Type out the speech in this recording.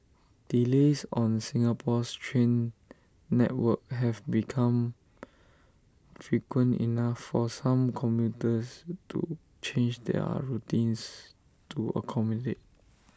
delays on Singapore's train network have become frequent enough for some commuters to change their routines to accommodate them